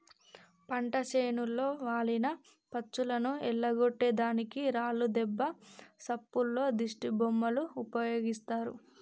పంట చేనులో వాలిన పచ్చులను ఎల్లగొట్టే దానికి రాళ్లు దెబ్బ సప్పుల్లో దిష్టిబొమ్మలు ఉపయోగిస్తారు